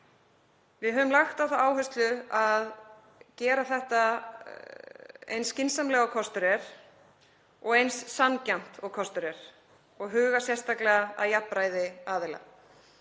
Við höfum lagt á það áherslu að gera þetta eins skynsamlega og kostur er og eins sanngjarnt og kostur er og huga sérstaklega að jafnræði aðila.